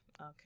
Okay